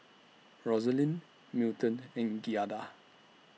Rosalyn Milton and Giada